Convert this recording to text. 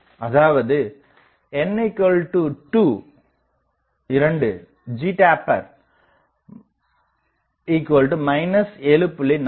அதாவது n2 ஜிடேப்பர் 7